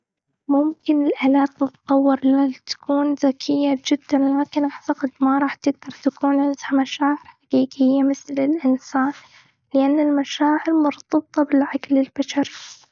ممكن الألعاب تتطور لتكون ذكية جداً، لكن أعتقد ما راح تقدر تكون عندها مشاعر حقيقية مثل الإنسان. لإن المشاعر مرتبطة بالعقل البشري.